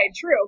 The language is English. true